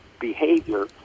behavior